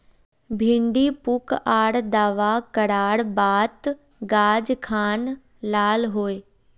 भिन्डी पुक आर दावा करार बात गाज खान लाल होए?